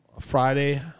Friday